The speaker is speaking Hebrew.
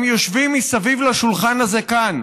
הם יושבים מסביב לשולחן הזה כאן,